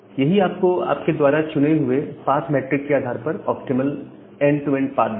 यही आपको आपके द्वारा चुने हुए पाथ मैट्रिक के आधार पर optimal end to end path देगा